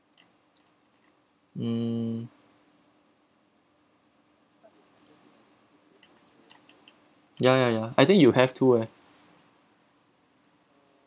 hmm yeah yeah yeah I think you have to eh